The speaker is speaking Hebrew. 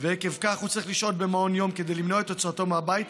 ועקב כך הוא צריך לשהות במעון יום כדי למנוע את הוצאתו מביתו,